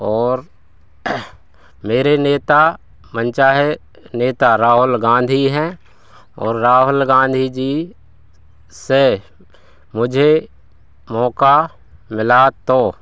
और मेरे नेता मनचाहे नेता राहुल गाँधी हैं और राहुल गाँधी जी से मुझे मौका मिला तो